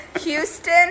Houston